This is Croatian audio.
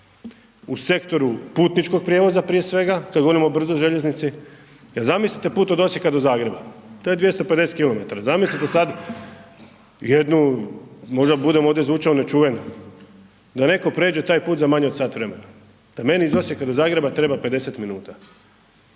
u sektoru putničkog prijevoza prije svega, kad govorimo o brzoj željeznici. Zamislite put od Osijeka do Zagreba, to je 250 km, zamislite sad jednu, možda budem ovdje zvučao nečuven, da netko pređe taj put za manje od sat vremena, da meni iz Osijeka do Zagreba treba 50 minuta,